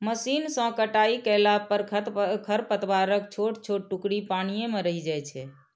machine सं कटाइ कयला पर खरपतवारक छोट छोट टुकड़ी पानिये मे रहि जाइ छै